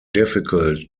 difficult